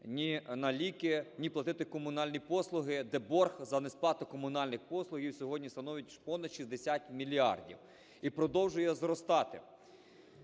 ні на ліки, ні платити комунальні послуги, де борг за несплату комунальних послуг, він сьогодні становить понад 60 мільярдів і продовжує зростати.